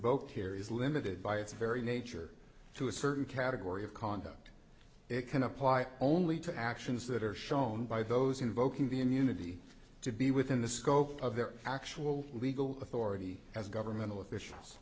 is limited by its very nature to a certain category of conduct it can apply only to actions that are shown by those invoking the immunity to be within the scope of their actual legal authority as governmental officials